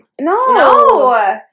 No